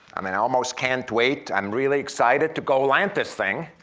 i mean, i almost can't wait, i'm really excited to go land this thing,